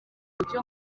buryo